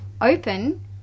open